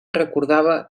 recordava